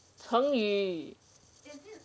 成语